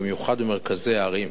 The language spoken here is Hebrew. במיוחד במרכזי הערים.